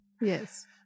Yes